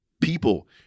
people